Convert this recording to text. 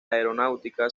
aeronáutica